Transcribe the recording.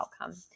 outcome